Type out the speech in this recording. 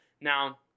Now